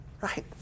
Right